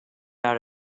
out